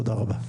תודה רבה.